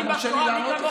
אתה לא יכול לנהל את הדיון,